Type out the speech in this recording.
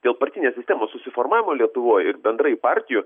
dėl partinės sistemos susiformavimo lietuvoj ir bendrai partijų